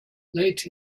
late